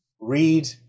read